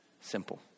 simple